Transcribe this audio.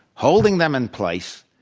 holding them in place,